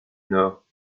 nord